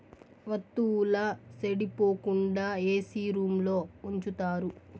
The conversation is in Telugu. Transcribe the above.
వత్తువుల సెడిపోకుండా ఏసీ రూంలో ఉంచుతారు